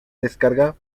descarga